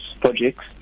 projects